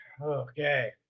okay